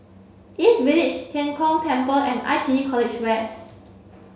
East Village Tian Kong Temple and I T E College West